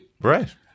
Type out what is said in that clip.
Right